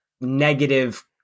negative